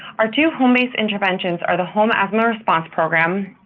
our two home-based interventions are the home asthma response program,